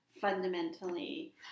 fundamentally